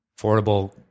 Affordable